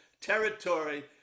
territory